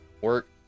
work